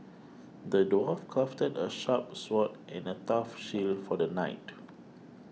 the dwarf crafted a sharp sword and a tough shield for the knight